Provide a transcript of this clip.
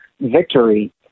victory